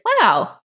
Wow